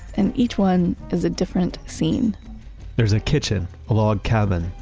and each one is a different scene there's a kitchen, a log cabin,